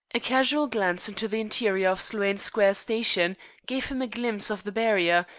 a casual glance into the interior of sloane square station gave him a glimpse of the barrier,